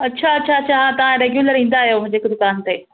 अच्छा अच्छा अच्छा हा तां रेग्यूलर ईंदा आयो मुंजे हिकु दुकान ते